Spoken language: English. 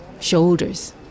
Shoulders